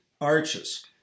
arches